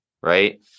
right